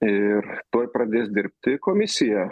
ir tuoj pradės dirbti komisija